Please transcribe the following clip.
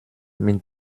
mit